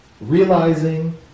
realizing